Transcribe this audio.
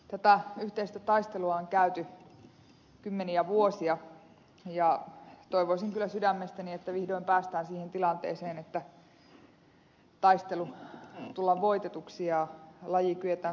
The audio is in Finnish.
tätä yhteistä taistelua on käyty kymmeniä vuosia ja toivoisin kyllä sydämestäni että vihdoin päästään siihen tilanteeseen että taistelu tullaan voittamaan ja laji kyetään suojelemaan